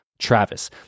Travis